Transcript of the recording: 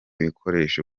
bikoresho